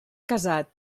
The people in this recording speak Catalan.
casat